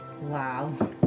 Wow